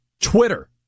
Twitter